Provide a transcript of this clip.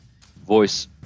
voice